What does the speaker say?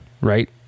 right